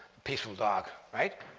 peaceful dog, right?